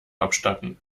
abstatten